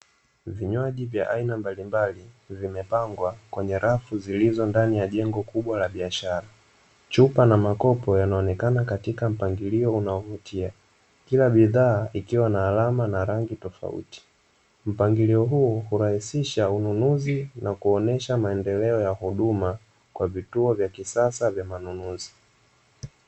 Vinywaji vya aina mbalimbali vimepangwa kwenye rafu zilizo ndani ya jengo kubwa la biashara, chupa na makopo yanaonekana katika mpangilio unaoviutia, kila bidhaa ikiwa na alama na rangi tofauti, mpangilio huu hurahisisha ununuzi na kuonyesha maendeleo ya huduma kwenye vituo vya kisasa vya ununuzi.